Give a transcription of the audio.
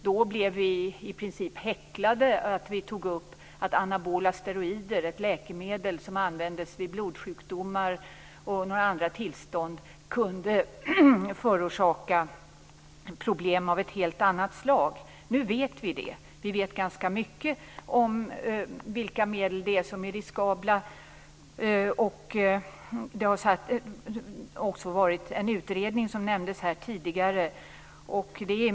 Då blev vi i princip häcklade för att vi tog upp anabola steroider; ett läkemedel som användes vid blodsjukdomar och några andra tillstånd kunde förorsaka problem av ett helt annat slag. Nu vet vi det. Vi vet ganska mycket om vilka medel det är som är riskabla. Det har också gjorts en utredning, som nämndes här tidigare.